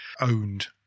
owned